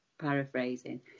paraphrasing